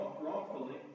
wrongfully